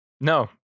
no